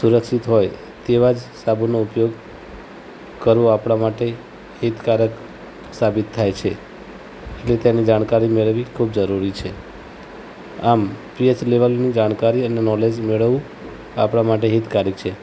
સુરક્ષિત હોય તેવા જ સાબુનો ઉપયોગ કરવો આપણા માટે હિતકારક સાબિત થાય છે એટલે તેની જાણકારી મેળવવી ખૂબ જરૂરી છે આમ પી એચ લૅવલની જાણકારી અને નૉલેજ મેળવવું આપણા માટે હિતકારક છે